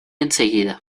enseguida